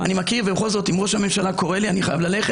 בכל זאת, אם ראש הממשלה קורא לי, אני חייב ללכת.